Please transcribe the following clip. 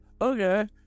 Okay